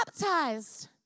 baptized